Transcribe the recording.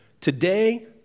today